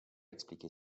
expliqué